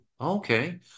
Okay